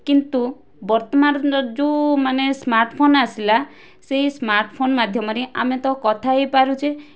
କିନ୍ତୁ ବର୍ତ୍ତମାନର ଯେଉଁମାନେ ସ୍ମାର୍ଟଫୋନ୍ ଆସିଲା ସେଇ ସ୍ମାର୍ଟଫୋନ୍ ମାଧ୍ୟମରେ ଆମେ ତ କଥା ହୋଇ ପାରୁଛେ